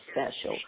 special